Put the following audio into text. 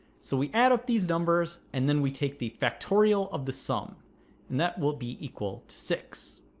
so we add up these numbers and then we take the factorial of the sum and that will be equal to six